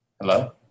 Hello